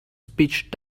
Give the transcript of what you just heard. speech